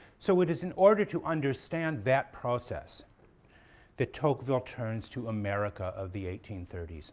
so it is in order to understand that process that tocqueville turns to america of the eighteen thirty s.